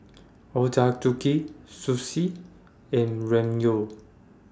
Ochazuke Sushi and Ramyeon